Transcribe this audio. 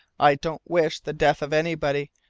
i don't wish the death of anybody,